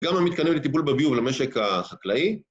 גם למתקנים לטיפול בביוב למשק החקלאי